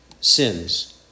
sins